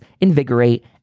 invigorate